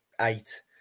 eight